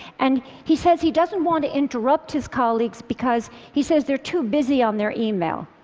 and he says he doesn't want to interrupt his colleagues because, he says, they're too busy on their email.